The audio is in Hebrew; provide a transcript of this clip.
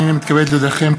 הנני מתכבד להודיעכם,